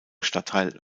stadtteil